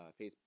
Facebook